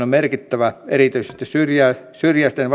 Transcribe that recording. merkittävä erityisesti syrjäisten syrjäisten